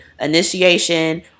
initiation